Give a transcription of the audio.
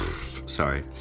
Sorry